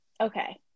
okay